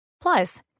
Plus